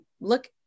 look